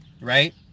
right